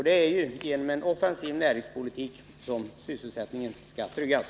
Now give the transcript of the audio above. Det är genom en offensiv näringspolitik som sysselsättningen skall tryggas.